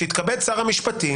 שיתכבד שר המשפטים,